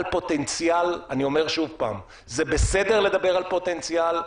אני אומר שוב: זה בסדר לדבר על פוטנציאל,